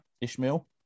Ishmael